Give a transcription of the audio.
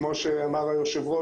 כמו שאמר היושב-ראש